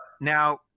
Now